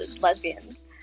lesbians